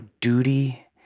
duty